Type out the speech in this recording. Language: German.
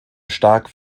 stark